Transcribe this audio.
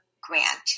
grant